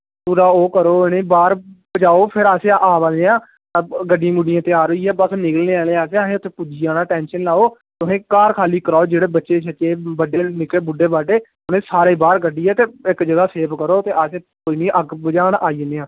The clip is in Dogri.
कुदै ओह् करो इनेंगी बाहर पुजाओ फिर अस आवा करने आं गड्डियां त्यार होइयां अस बस निकलने आह्ले आं ते पुज्जी जाना टेंशन निं लैओ तुस घर खाल्ली कराओ जेह्के बच्चे बुड्ढे ते उनें सारें गी बाहर कड्ढियै इक्क जगह सेव करो ते अस अग्ग बुझानै गी आई जन्ने आं